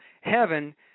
heaven